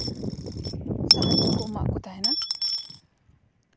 ᱥᱟᱦᱟᱡᱽᱡᱚ ᱠᱚ ᱮᱢᱟᱜ ᱠᱚ ᱛᱟᱦᱮᱱᱟ